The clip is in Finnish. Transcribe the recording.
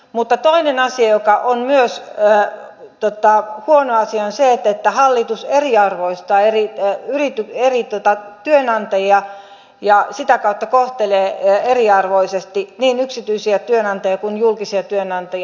mutta toinen asia joka on myös huono asia on se että hallitus eriarvoistaa eri työnantajia ja sitä kautta kohtelee eriarvoisesti niin yksityisiä työnantajia kuin julkisia työnantajia